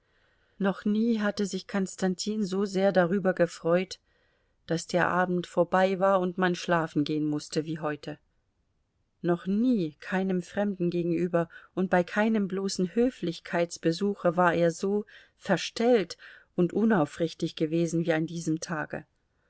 noch nie hatte sich konstantin so sehr darüber gefreut daß der abend vorbei war und man schlafen gehen mußte wie heute noch nie keinem fremden gegenüber und bei keinem bloßen höflichkeitsbesuche war er so verstellt und unaufrichtig gewesen wie an diesem tage